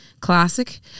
classic